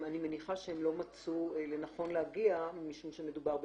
אני מניחה שהם לא מצאו לנכון להגיע משום שמדובר בפטורים,